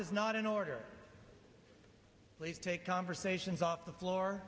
is not in order let's take conversations off the floor